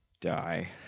die